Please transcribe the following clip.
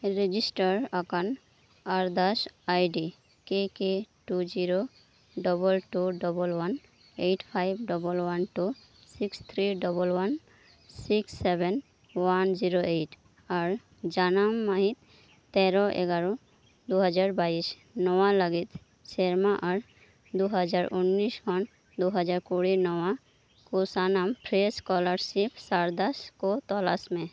register ᱟᱠᱟᱱ ᱟᱨᱫᱟᱥ ID ᱠᱮ K two zero double two double one eight five double one two six three double one six seven one zero eight ᱟᱨ ᱡᱟᱱᱟᱢ ᱢᱟᱹᱦᱤᱛ ᱛᱮᱨᱚ ᱮᱜᱟᱨᱚ ᱫᱩ ᱦᱟᱡᱟᱨ ᱵᱟᱭᱤᱥ ᱱᱚᱣᱟ ᱞᱟᱹᱜᱤᱫ ᱥᱮᱨᱢᱟ ᱟᱨ ᱫᱩ ᱦᱟᱡᱟᱨ ᱩᱱᱤᱥ ᱠᱷᱚᱱ ᱫᱩ ᱦᱟᱡᱟᱨ ᱠᱩᱲᱤ ᱱᱚᱣᱟ ᱥᱟᱱᱟᱢ ᱯᱷᱨᱮᱥ ᱥᱠᱚᱞᱟᱨᱥᱤᱯ ᱟᱨᱫᱟᱥ ᱠᱚ ᱛᱚᱞᱟᱥ ᱢᱮ